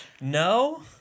No